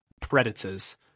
Predators